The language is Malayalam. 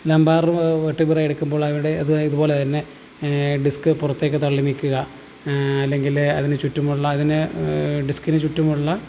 ലംബാറ് വെർട്ടിബ്ര എടുക്കുമ്പോൾ അവരുടെ അത് ഇതുപോലെതന്നെ ഡിസ്ക്ക് പുറത്തേക്ക് തള്ളി നിൽക്കുക അല്ലെങ്കിൽ അതിന് ചുറ്റുമുള്ള അതിന് ഡിസ്കിന് ചുറ്റുമുള്ള